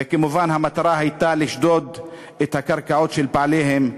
וכמובן המטרה הייתה לשדוד את הקרקעות של בעליהן,